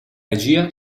regia